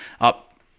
up